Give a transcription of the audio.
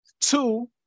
Two